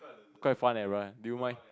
quite fun eh brother do you mind